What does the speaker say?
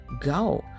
go